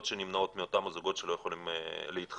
שנמנעות מאותם הזוגות שלא יכולים להתחתן.